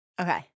Okay